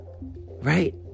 right